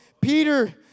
Peter